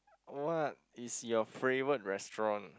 what is your favorite restaurant